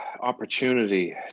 ..opportunity